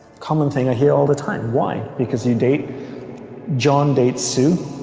common thing i hear all the time why because you date john dates ooh